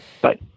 Bye